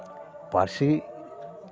ᱯᱟᱹᱨᱥᱤ